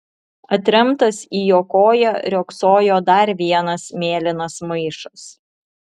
atremtas į jo koją riogsojo dar vienas mėlynas maišas